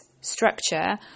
structure